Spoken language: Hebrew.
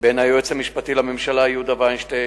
בין היועץ המשפטי לממשלה יהודה וינשטיין,